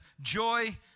joy